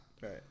Right